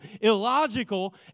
illogical